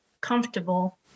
comfortable